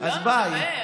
אז ביי.